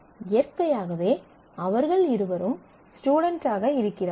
இயற்கையாகவே அவர்கள் இருவரும் ஸ்டுடென்ட்டாக இருக்கிறார்கள்